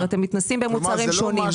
הם מתנסים במוצרים שונים.